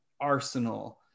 arsenal